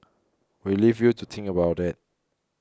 we'll leave you to think about that